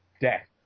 death